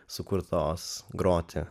sukurtos groti